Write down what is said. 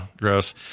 gross